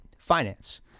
finance